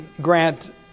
Grant